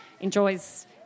enjoys